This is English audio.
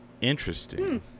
Interesting